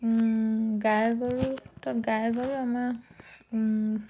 গাই গৰুত গাই গৰু আমাৰ